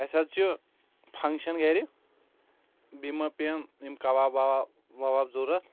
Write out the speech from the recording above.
اسہِ حظ چھِ فنکشن گرِ بیٚیہِ ما پیٚن یم کباب وباب وباب ضروٗرَت